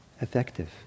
effective